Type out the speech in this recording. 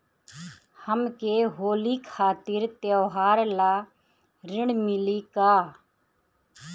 हमके होली खातिर त्योहार ला ऋण मिली का?